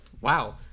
Wow